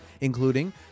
including